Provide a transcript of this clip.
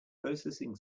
processing